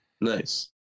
Nice